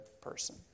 person